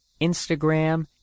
Instagram